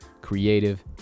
creative